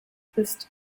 ist